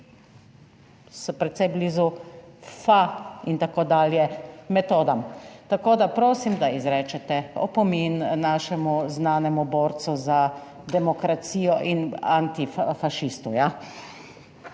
so precej blizu FA in tako dalje metodam. Tako, da prosim da izrečete opomin našemu znanemu borcu za demokracijo in antifašistu.